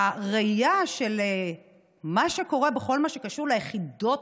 הראייה של מה שקורה בכל מה שקשור ליחידות